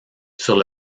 sur